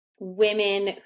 women